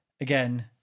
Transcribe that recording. again